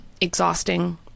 exhausting